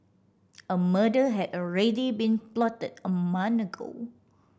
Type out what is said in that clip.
a murder had already been plotted a month ago